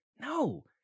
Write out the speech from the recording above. No